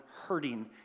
hurting